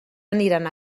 aniran